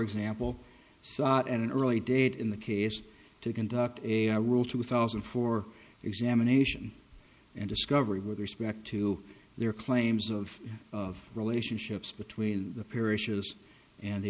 example sought an early date in the case to conduct a our rule two thousand and four examination and discovery with respect to their claims of of relationships between the parishes and the